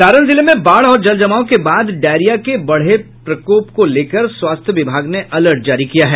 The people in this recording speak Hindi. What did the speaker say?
सारण जिले में बाढ़ और जलजमाव के बाद डायरिया के बढ़े प्रकोप को लेकर स्वास्थ्य विभाग ने अलर्ट जारी किया है